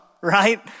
right